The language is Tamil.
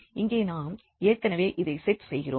இங்கே நாம் ஏற்கனவே இதை செட் செய்கிறோம்